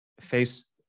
face